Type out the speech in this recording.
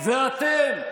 ואתם,